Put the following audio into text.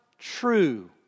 True